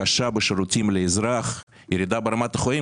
קשה בשירותים לאזרח, ירידה ברמת החיים,